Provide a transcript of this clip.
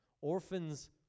Orphans